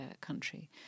country